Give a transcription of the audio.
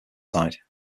side